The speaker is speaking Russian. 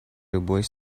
любой